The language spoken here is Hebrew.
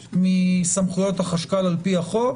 מסמכויות החשכ"ל לפי החוק